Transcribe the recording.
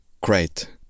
great